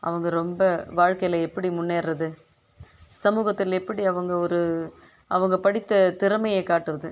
அவங்க ரொம்ப வாழ்க்கையில் எப்படி முன்னேறது சமூகத்தில் எப்படி அவங்க ஒரு அவங்க படித்த திறமையை காட்டுவது